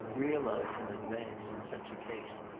realise in advance, in such a case,